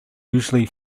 usually